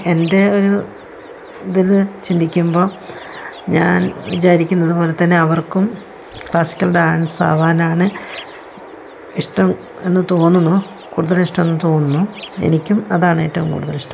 എൻ്റെ ഒരു ഇതില് ചിന്തിക്കുമ്പോൾ ഞാൻ വിചാരിക്കുന്നതുപോലെ തന്നെ അവർക്കും ക്ലാസ്സിക്കൽ ഡാൻസ് ആവാനാണ് ഇഷ്ടം എന്ന് തോന്നുന്നു കൂടുതലിഷ്ടം എന്ന് തോന്നുന്നു എനിക്കും അതാണ് ഏറ്റവും കൂടുതൽ ഇഷ്ടം